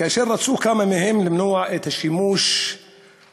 כאשר רצו כמה מהם למנוע את השימוש בשפה